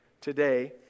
today